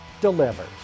delivers